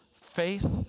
faith